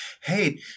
Hey